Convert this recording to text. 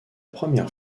première